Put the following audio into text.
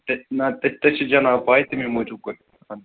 تہٕ نتہٕ تۅہہِ چھِوٕ جناب پےَ تٔمی موٗجوٗب کوٚر